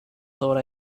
thought